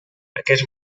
aquest